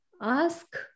ask